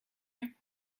you